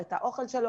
האוכל,